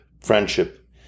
friendship